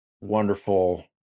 wonderful